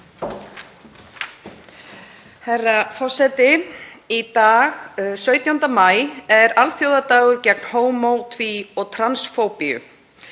Herra forseti. Í dag, 17. maí, er alþjóðadagur gegn hómó-, tví og transfóbíu.